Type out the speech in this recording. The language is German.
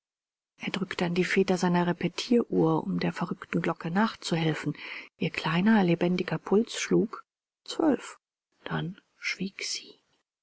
er drückte an die feder seiner repetieruhr um der verrückten glocke nachzuhelfen ihr kleiner lebendiger puls schlug zwölf und schwieg was